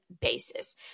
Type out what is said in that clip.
basis